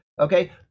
Okay